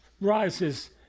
rises